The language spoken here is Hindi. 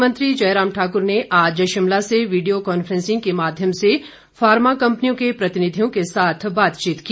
मुख्यमंत्री जयराम ठाकुर ने आज शिमला से वीडियो कांफ्रेंसिंग के माध्यम से फार्मा कम्पनियों के प्रतिनिधियों के साथ बातचीत की